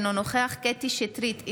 אינו נוכח קטי קטרין שטרית,